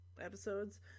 episodes